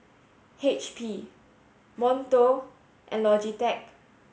H P Monto and Logitech